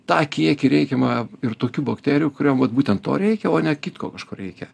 tą kiekį reikiamą ir tokių bakterijų kuriom vat būtent to reikia o ne kitko kažko reikia